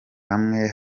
hamwe